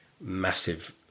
massive